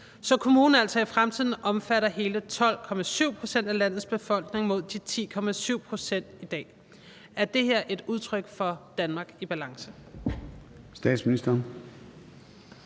så kommunen altså i fremtiden omfatter hele 12,7 pct. af landets befolkning mod de 10,7 pct. i dag? Er det her et udtryk for et Danmark i balance?